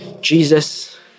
Jesus